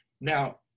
Now